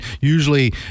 Usually